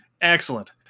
Excellent